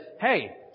hey